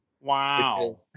Wow